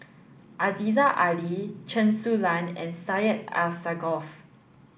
Aziza Ali Chen Su Lan and Syed Alsagoff